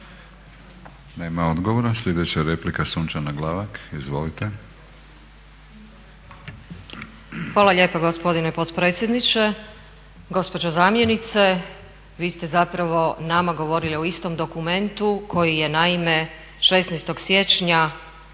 Nema odgovora, sljedeća replika Sunčana Glavak. **Glavak, Sunčana (HDZ)** Hvala lijepa gospodine potpredsjedniče. Gospođo zamjenice vi ste zapravo nama govorili o istom dokumentu koji je naime 16. siječnja